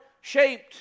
shaped